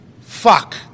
Fuck